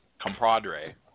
compadre